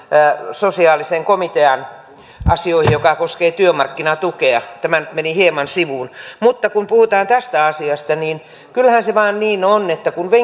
sosiaalisen komitean asioihin jotka koskevat työmarkkinatukea tämä nyt meni hieman sivuun mutta kun puhutaan tästä asiasta niin kyllähän se vain niin on että kun